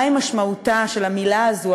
מהי משמעותה של המילה הזו,